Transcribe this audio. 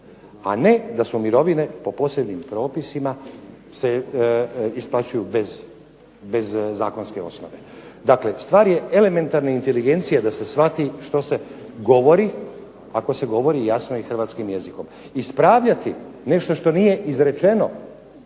a ne da se mirovine po posebnim propisima isplaćuju bez zakonske osnove. Dakle, stvar je elementarne inteligencije da se shvati što se govori ako se govori jasno i hrvatskim jezikom. Ispravljati nešto što nije izrečeno